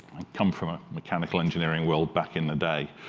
come from a mechanical-engineering world back in the day.